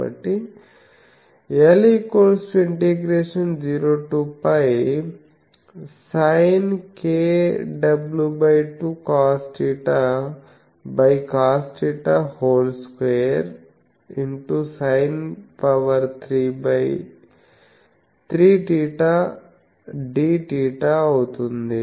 కాబట్టి I∫0 to πI sinkw2 cosθcosθI2 sin3θ dθ అవుతుంది